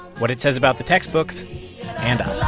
what it says about the textbooks and